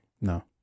No